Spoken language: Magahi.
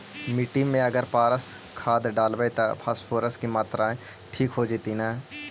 मिट्टी में अगर पारस खाद डालबै त फास्फोरस के माऋआ ठिक हो जितै न?